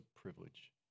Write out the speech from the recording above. privilege